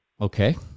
Okay